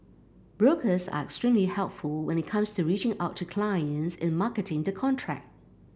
brokers are extremely helpful when it comes to reaching out to clients in marketing the contract